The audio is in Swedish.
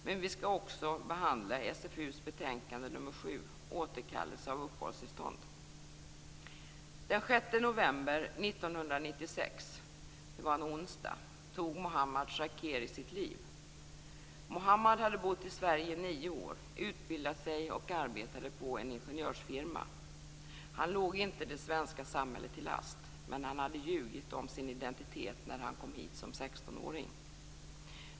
Men vi skall också behandla SfU:s betänkande nr 7 Återkallelse av uppehållstillstånd. Sverige i nio år, utbildat sig och arbetade på en ingenjörsfirma. Han låg inte det svenska samhället till last, men han hade ljugit om sin identitet när han kom hit som 16-åring.